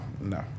no